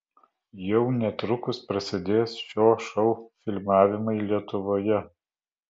jau netrukus prasidės šio šou filmavimai lietuvoje